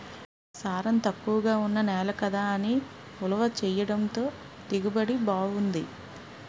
సారం తక్కువగా ఉన్న నేల కదా అని ఉలవ చేనెయ్యడంతో దిగుబడి బావుంది